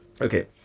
okay